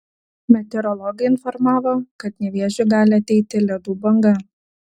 meteorologai informavo kad nevėžiu gali ateiti ledų banga